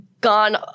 gone